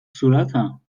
صورتم